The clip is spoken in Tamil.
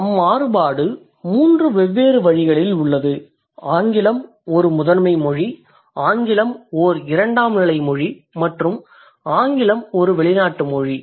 அம்மாறுபாடு மூன்று வெவ்வேறு வழிகளில் உள்ளது ஆங்கிலம் ஒரு முதன்மை மொழி ஆங்கிலம் ஓர் இரண்டாம்நிலைமொழி மற்றும் ஆங்கிலம் ஒரு வெளிநாட்டு மொழி